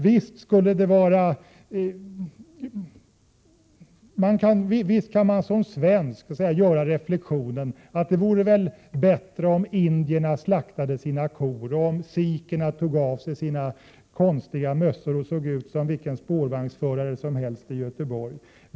Visst kan man som svensk göra den reflektionen att det vore bättre om Indien slaktade sina kor och om sikherna tog av sig sina konstiga huvudbonader, så att de såg ut som vilken spårvagnsförare som helst i Göteborg.